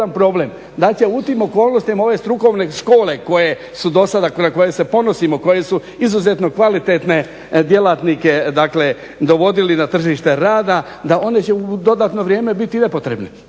da će u tim okolnostima ove strukovne škole koje su dosada, kojima se ponosimo, koje su izuzetno kvalitetne djelatnike dovodili na tržište rada da one će u dodatno vrijeme biti nepotrebne.